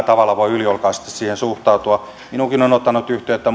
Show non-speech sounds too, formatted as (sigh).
(unintelligible) tavalla voi yliolkaisesti suhtautua minuunkin ovat ottaneet yhteyttä (unintelligible)